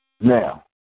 Now